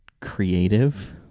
Creative